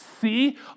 See